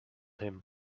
him